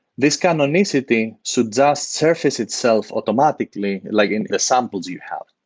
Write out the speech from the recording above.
this canonicity should just surface itself automatically like in the samples you have.